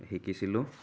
শিকিছিলোঁ